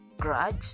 grudge